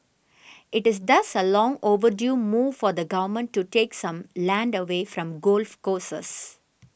it is thus a long overdue move for the government to take some land away from golf courses